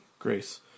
Grace